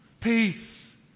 Peace